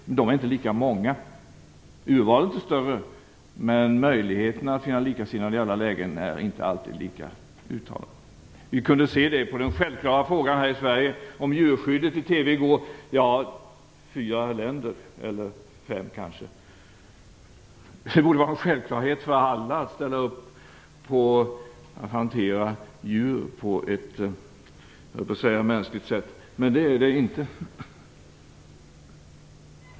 De är inte lika många. Urvalet är större, men möjligheterna att finna likasinnade i alla lägen är inte alltid lika uttalade. Vi kunde se det på TV i går, när det gäller en fråga som är självklar i Sverige, djurskyddet. Fyra eller fem länder ställer upp. Det borde vara en självklarhet för alla länder att ställa upp på att hantera djur på ett, jag höll på att säga mänskligt sätt. Men det är det inte.